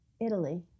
Italy